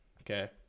Okay